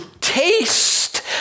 taste